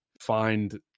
find